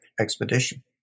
expedition